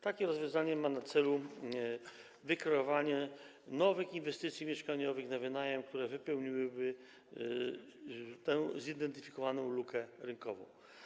Takie rozwiązanie ma na celu wykreowanie nowych inwestycji mieszkaniowych na wynajem, które wypełniłyby tę zidentyfikowaną lukę rynkową.